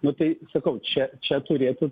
nu tai sakau čia čia turėtų